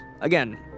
Again